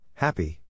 Happy